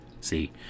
see